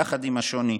יחד עם השוני,